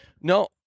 No